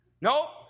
No